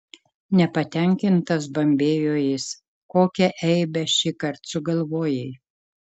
nepatenkintas bambėjo jis kokią eibę šįkart sugalvojai